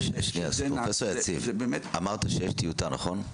פרופ' יציב, אמרת שיש טיוטה, נכון?